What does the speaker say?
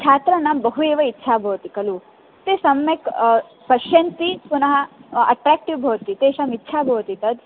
छात्राणां बहु एव इच्छा भवति खलु ते सम्यक् पश्यन्ति पुनः अट्रेक्टिव् भवति तेषाम् इच्छा भवति तद्